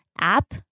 app